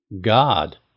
God